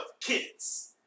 kids